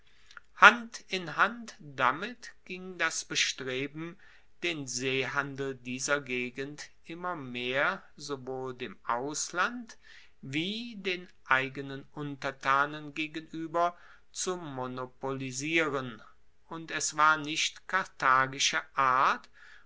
hand in hand damit ging das bestreben den seehandel dieser gegend immer mehr sowohl dem ausland wie den eigenen untertanen gegenueber zu monopolisieren und es war nicht karthagische art